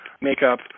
makeup